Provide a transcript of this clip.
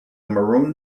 maroon